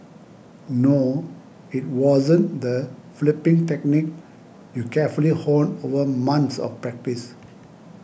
no it wasn't the flipping technique you carefully honed over months of practice